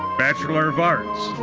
bachelor of arts,